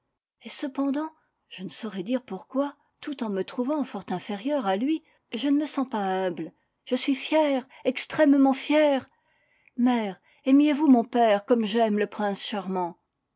et cependant je ne saurais dire pourquoi tout en me trouvant fort inférieure à lui je ne me sens pas humble je suis fière extrêmement fière mère aimiez vous mon père comme j'aime le prince charmant